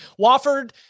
Wofford